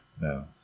No